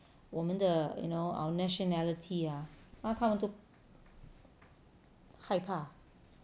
我们的 you know our nationality ah 他们看了都害怕